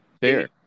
fair